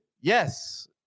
Yes